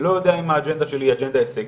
לא יודע האם האג'נדה שלי היא אג'נדה הישגית,